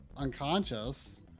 unconscious